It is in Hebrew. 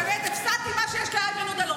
אוי, באמת, הפסדתי מה שיש לאיימן עודה לומר.